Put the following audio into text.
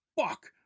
Fuck